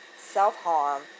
self-harm